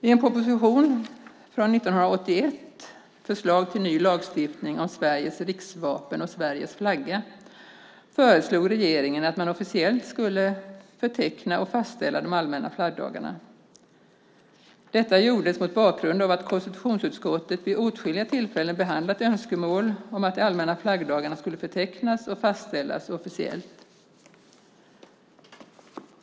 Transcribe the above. I en proposition från 1981, Förslag till ny lagstiftning om Sveriges riksvapen och Sveriges flagga , föreslog regeringen att man officiellt skulle förteckna och fastställa de allmänna flaggdagarna. Detta var mot bakgrund av att konstitutionsutskottet vid åtskilliga tillfällen behandlat önskemål om att de allmänna flaggdagarna skulle förtecknas och fastställas officiellt.